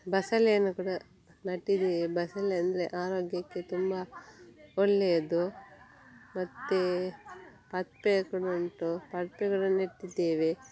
ಬಸಳೆಯನ್ನು ಕೂಡ ನೆಟ್ಟಿದ್ದೇವೆ ಬಸಳೆ ಅಂದರೆ ಆರೋಗ್ಯಕ್ಕೆ ತುಂಬ ಒಳೆಯದು ಮತ್ತೆ ಪದ್ಪೆ ಕೂಡ ಉಂಟು ಪದ್ಪೆ ಕೂಡ ನೆಟ್ಟಿದ್ದೇವೆ